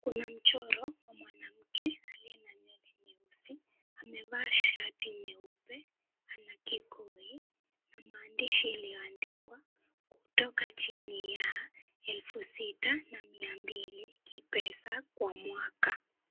Kuna mchoro wa mwanamke aliyena nywele nyeusi, amevaa shati nyeupe, ana kikoi na maandishi iliyoandikwa kutoka chini ya elfu sita mia mbili kipesa kwa mwaka.